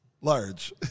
large